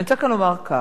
אני רוצה לומר כך: